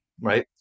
right